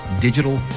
digital